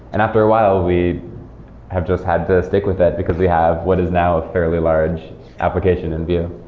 and after a while, we have just had to stick with it, because we have what is now a fairly large application in vue